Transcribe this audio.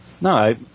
No